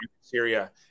Syria